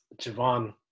Javon